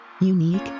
unique